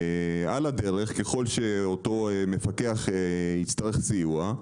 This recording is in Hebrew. על הדרך ככל שאותו מפקח יצטרך סיוע,